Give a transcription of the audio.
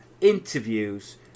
Interviews